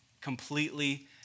completely